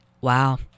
Wow